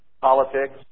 politics